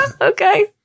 Okay